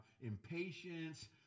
impatience